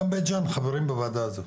גם בית ג'אן חברים בוועדה הזו.